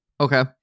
Okay